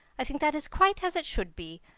i think that is quite as it should be.